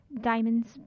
Diamonds